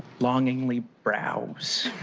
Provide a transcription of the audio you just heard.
longingly browse.